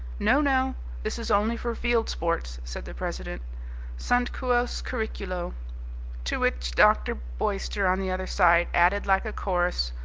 no, no this is only for field sports, said the president sunt quos curriculo to which dr. boyster on the other side added, like a chorus,